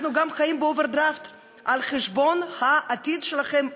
אנחנו גם חיים באוברדרפט על החשבון העתיד שלכם,